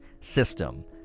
system